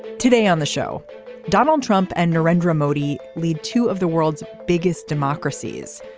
today on the show donald trump and narendra modi lead two of the world's biggest democracies.